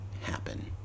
happen